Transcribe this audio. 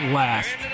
last